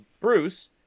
Bruce